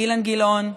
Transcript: אילן גילאון,